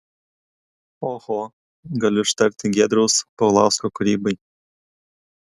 oho galiu ištarti giedriaus paulausko kūrybai